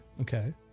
Okay